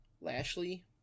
Lashley